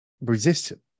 resistant